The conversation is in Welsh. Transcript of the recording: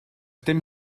dim